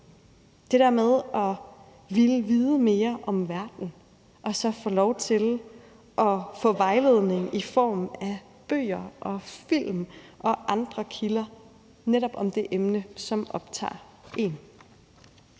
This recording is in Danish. er det med at ville vide mere om verden og så få lov til at få vejledning i form af bøger og film og andre kilder om netop det emne, som optager en.